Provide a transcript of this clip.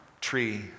tree